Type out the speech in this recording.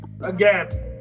again